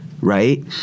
right